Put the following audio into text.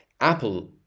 apple